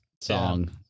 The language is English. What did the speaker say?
song